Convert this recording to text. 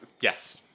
Yes